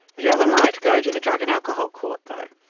the other might go to the drug and alcohol court though.